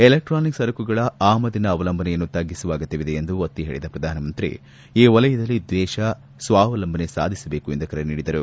electronic ಸರಕುಗಳ ಆಮದಿನ ಅವಲಂಬನೆಯನ್ನು ತಗ್ಗಿಸುವ ಅಗತ್ಯವಿದೆ ಎಂದು ಒತ್ತಿ ಹೇಳಿದ ಪ್ರಧಾನಮಂತ್ರಿ ಈ ವಲಯದಲ್ಲಿ ದೇಶ ಸ್ವಾವಲಂಬನೆ ಸಾಧಿಸಬೇಕು ಎಂದು ಕರೆ ನೀಡಿದರು